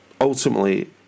ultimately